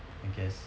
I guess